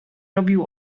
robił